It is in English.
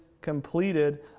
completed